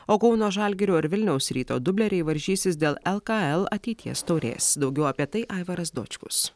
o kauno žalgirio ir vilniaus ryto dubleriai varžysis dėl lkl ateities taurės daugiau apie tai aivaras dočkus